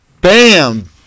bam